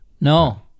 no